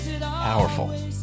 Powerful